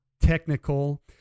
Technical